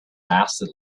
lasted